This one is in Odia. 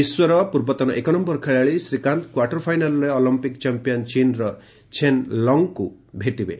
ବିଶ୍ୱର ପ୍ରର୍ବତନ ଏକ ନୟର ଖେଳାଳି ଶ୍ରୀକାନ୍ତ କ୍ୱାର୍ଟର ଫାଇନାଲ୍ରେ ଅଲିମ୍ପିକ୍ ଚାମ୍ପିୟାନ୍ ଚୀନ୍ର ଛେନ୍ ଲଙ୍ଗ୍ଙ୍କୁ ଭେଟିବେ